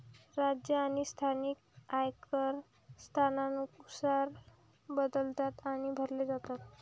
राज्य आणि स्थानिक आयकर स्थानानुसार बदलतात आणि भरले जातात